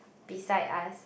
beside us